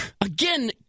again